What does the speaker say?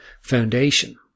foundation